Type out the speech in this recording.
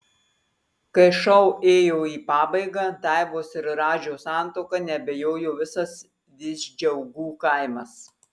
kai šou ėjo į pabaigą daivos ir radžio santuoka neabejojo visas visdžiaugų kaimas